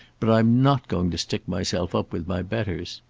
but i'm not going to stick myself up with my betters.